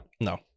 No